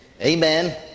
Amen